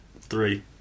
three